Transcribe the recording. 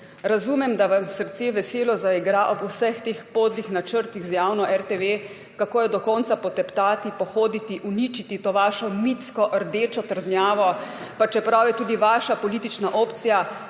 Razumem, da vam srce veselo zaigra ob vseh teh podlih načrtih z javno RTV, kako jo do konca poteptati, pohoditi, uničiti to vašo mitsko rdečo trdnjavo, pa čeprav je tudi vaša politična opcija